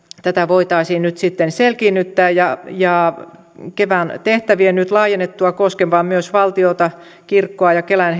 voitaisiin nyt selkiinnyttää ja ja kevan tehtävien nyt laajennuttua koskemaan myös valtiota kirkkoa ja kelan